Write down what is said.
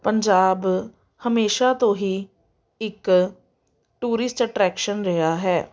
ਪੰਜਾਬ ਹਮੇਸ਼ਾ ਤੋਂ ਹੀ ਇੱਕ ਟੂਰਿਸਟ ਅਟਰੈਕਸ਼ਨ ਰਿਹਾ ਹੈ